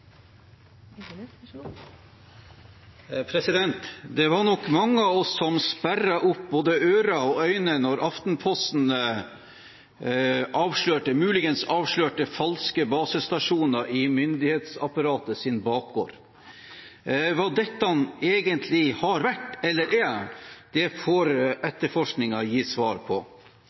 var nok mange av oss som sperret opp både ører og øyne da Aftenposten muligens avslørte falske basestasjoner i myndighetsapparatets bakgård. Hva dette egentlig har vært eller er, får etterforskningen gi svar på.